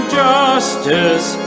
justice